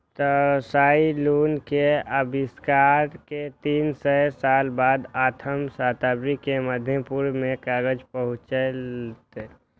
Tsai Lun के आविष्कार के तीन सय साल बाद आठम शताब्दी मे मध्य पूर्व मे कागज पहुंचलै